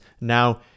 now